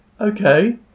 Okay